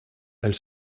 elle